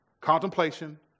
Contemplation